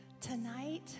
Tonight